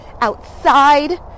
outside